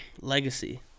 Legacy